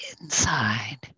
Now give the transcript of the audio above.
inside